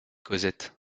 cosette